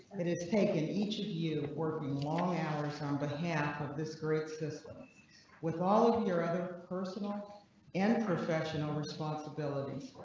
it is taken each of you working long hours on behalf of this great system with all of your other personal and professional responsibilities.